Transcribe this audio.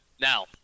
Now